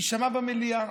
יישמע במליאה,